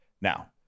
Now